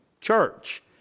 Church